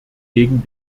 gegen